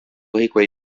hikuái